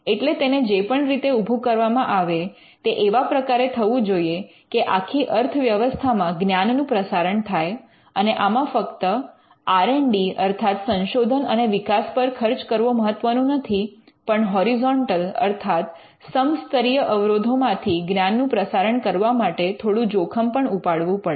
એટલે તેને જે પણ રીતે ઉભુ કરવામાં આવે તે એવા પ્રકારે થવું જોઈએ કે આખી અર્થવ્યવસ્થામાં જ્ઞાનનું પ્રસારણ થાય અને આમાં ફક્ત આર ઍન્ડ ડી અર્થાત સંશોધન અને વિકાસ પર ખર્ચ કરવો મહત્વનું નથી પણ હૉરિઝૉન્ટલ અર્થાત્ સમસ્તરીય અવરોધોમાંથી જ્ઞાનનું પ્રસારણ કરવા માટે થોડું જોખમ પણ ઉપાડવું પડે